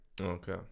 Okay